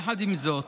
יחד עם זאת,